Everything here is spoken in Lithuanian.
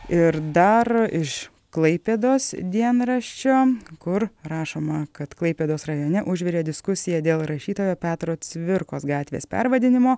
ir dar iš klaipėdos dienraščio kur rašoma kad klaipėdos rajone užvirė diskusija dėl rašytojo petro cvirkos gatvės pervadinimo